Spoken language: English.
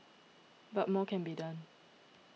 but more can be done